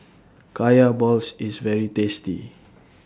Kaya Balls IS very tasty